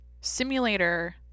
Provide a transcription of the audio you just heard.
Simulator